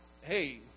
hey